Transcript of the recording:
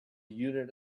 unit